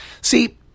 See